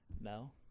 No